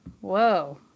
Whoa